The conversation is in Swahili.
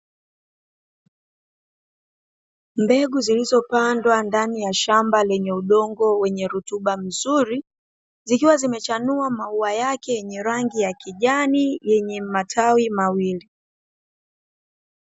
Mbegu zilizopandwa ndani ya shamba lenye udongo wenye rutuba nzuri, likiwa limechanua mauwa yake yenye rangi ya kijani yenye matawi mawili.